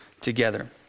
together